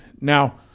Now